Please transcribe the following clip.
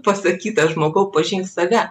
pasakyta žmogau pažink save